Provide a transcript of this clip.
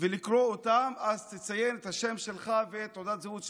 ולקרוא אותם, תציין את השם שלך ותעודת הזהות שלך.